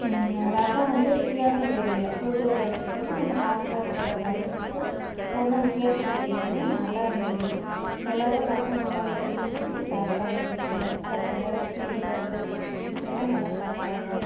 ரசம் வந்து வித்தியாசந் தெரியல தூதுவளை ரசத்துக்கும் நம்ம நார்மளாக வைக்கிற ரசத்துக்கும் ஒன்றும் வித்தியாசம் தெரியாமல் நல்லாருந்தது எல்லோரும் ரசம் நல்லார்க்குதுன்னு சொல்லி சாப்பிட்டாங்க வீட்டில் பசங்க வீட்டுக்காரரு எல்லாம் நல்லா சாப்பிட்டாங்க